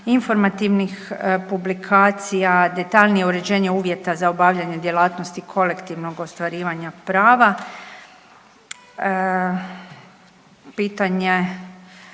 informativnih publikacija, detaljnije uređenje uvjeta za obavljanje djelatnosti kolektivnog ostvarivanja prava, pitanje